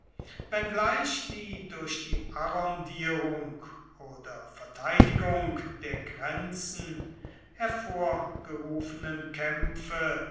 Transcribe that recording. wenngleich die durch die arrondierung oder verteidigung der grenzen hervorgerufenen kämpfe